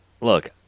look